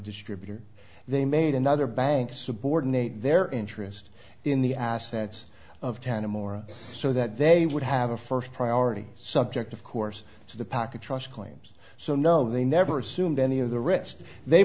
distributor they made another bank subordinate their interest in the assets of ten a more so that they would have a first priority subject of course to the package trust claims so no they never assumed any of the risk they